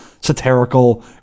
satirical